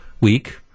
week